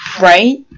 right